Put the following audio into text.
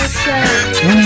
show